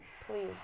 Please